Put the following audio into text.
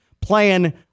playing